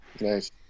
nice